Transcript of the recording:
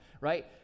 right